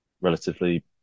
relatively